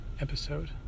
episode